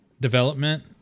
Development